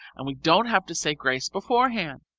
and we don't have to say grace beforehand.